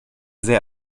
sehr